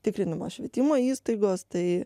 tikrinamos švietimo įstaigos tai